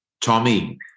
Tommy